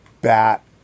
bat